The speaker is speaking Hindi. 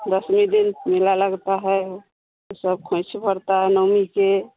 दशमी दिन मेला लगता है तो सब खोंइच भरता है नवमी के